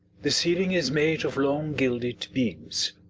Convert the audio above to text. the ceiling is made of long gilded beams